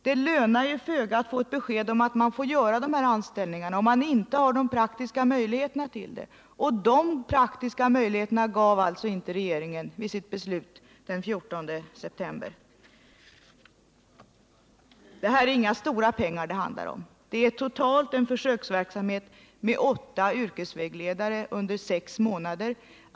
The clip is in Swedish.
Det lönar sig ju föga att få ett besked om att OLE | Aa tt Om finska yrkesman får inrätta tjänster, om man inte får några praktiska möjligheter till vägledare vid aranställningarna — och de praktiska möjligheterna gav alltså inte regeringen bersmarknadsver= med sitt beslut den 14 september. ket Det är inga stora pengar försöksverksamheten handlar om; det gäller totalt bara åtta yrkesvägledare under sex månader.